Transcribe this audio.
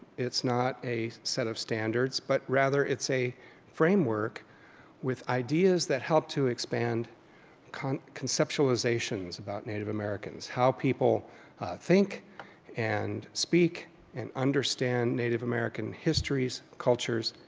it's not a set of standards, but rather it's a framework with ideas that help to expand conceptualizations about native americans. how people think and speak and understand native american histories, cultures,